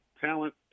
talent